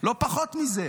לא פחות מזה.